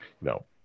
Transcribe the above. no